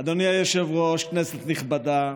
אדוני היושב-ראש, כנסת נכבדה,